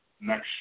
next